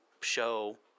show